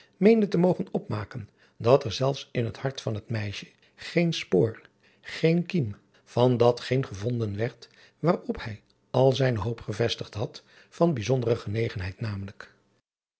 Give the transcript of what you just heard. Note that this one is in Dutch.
meende te mogen opmaken dat er zelfs in het hart van het meisje geen spoor geene kiem van dat geen gevonden werd waarop hij al zijne hoop gevestigd had van bijzondere genegenheid namelijk